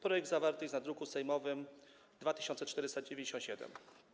Projekt zawarty jest w druku sejmowym nr 2497.